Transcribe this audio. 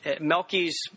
Melky's